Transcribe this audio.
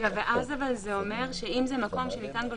אבל אז זה אומר שאם זה מקום שניתן בו